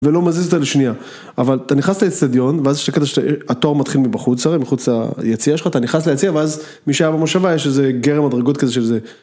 ולא מזיז אותה לשנייה, אבל אתה נכנס לאצטדיון ואז יש את הקטע שהתור מתחיל מבחוץ, הרי מחוץ ליציע שלך, אתה נכנס ליציע ואז משער המושבה יש איזה גרם מדרגות כזה של זה.